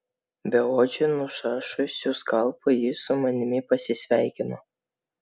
beodžiu nušašusiu skalpu jis su manimi pasisveikino